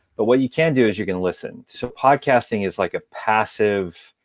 but what you can do is you can listen. so podcasting is like a passive